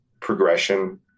progression